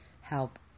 help